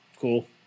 cool